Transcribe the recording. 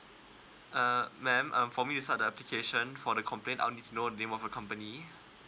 uh ma'am um for me to start the application for the complain I need to know the name of the company